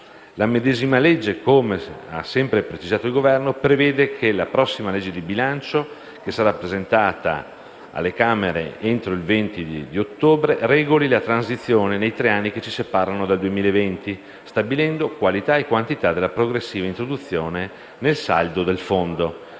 La medesima legge, come ha sempre precisato il Governo, prevede che la prossima legge di bilancio per il triennio 2017-2019, che sarà presentata alle Camere entro il 20 ottobre, regoli la transizione nei tre anni che ci separano dal 2020, stabilendo qualità e quantità della progressiva introduzione nel saldo del Fondo,